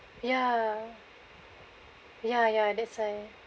ya ya ya that's why